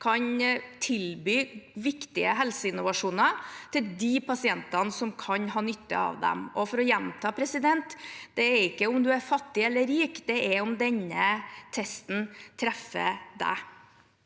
kan tilby viktige helseinnovasjoner til de pasientene som kan ha nytte av dem. Og for å gjenta: Det er ikke om man er fattig eller rik som betyr noe, det er om denne testen treffer.